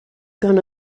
gone